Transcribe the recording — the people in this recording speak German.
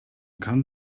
kann